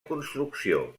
construcció